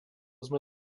sme